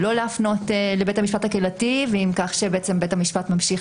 לא להפנות לבית המשפט הקהילתי וכך בית המשפט ממשיך